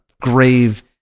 grave